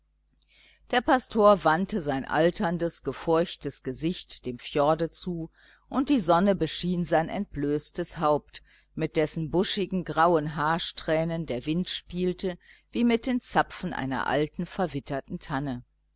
der pastor wandte sein alterndes gefurchtes gesicht dem fjorde zu und die sonne beschien sein entblößtes haupt mit dessen buschigen grauen haarsträhnen der wind spielte wie mit den zapfen einer alten verwitterten tanne